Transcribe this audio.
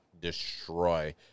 destroy